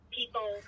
people